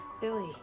Billy